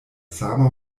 sama